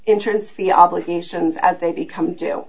insurance the obligations as they become j